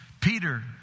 Peter